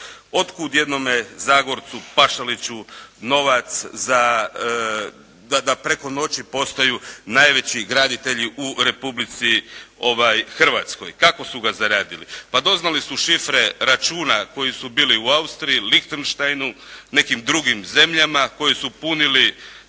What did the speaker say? Otkud jednome Zagorcu, Pašaliću novac da preko noći postaju najveći graditelji u Republici Hrvatskoj? Kako su ga zaradili? Pa doznali su šifre računa koji su bili u Austriji, Lihtensteinu, nekim drugim zemljama koje su punili